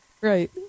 right